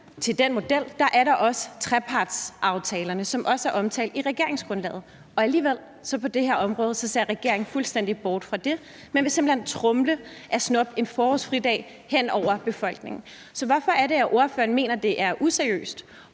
Til den model er der også trepartsaftalerne, som også er omtalt i regeringsgrundlaget, og alligevel ser regeringen på det her område fuldstændig bort fra det. Man vil simpelt hen snuppe en forårsfridag og tromle det hen over befolkningen. Hvorfor er det, at ordføreren mener, det er useriøst